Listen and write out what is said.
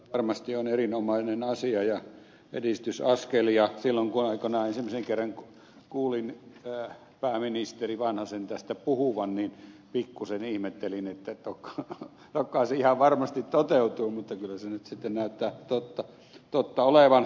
varmasti tämä on erinomainen asia ja edistysaskel ja silloin kun aikoinaan ensimmäisen kerran kuulin pääministeri vanhasen tästä puhuvan pikkuisen ihmettelin tokkopa se ihan varmasti toteutuu mutta kyllä se nyt sitten näyttää totta olevan